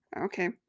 Okay